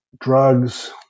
drugs